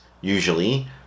usually